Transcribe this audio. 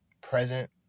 present